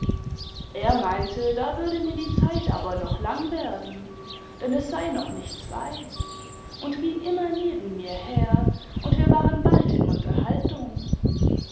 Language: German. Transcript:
er meinte da würde mir die zeit aber noch lang werden denn es sei noch nicht zwei uid ging immer neben mir her imd wir waren bald m unterhaltung